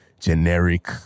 Generic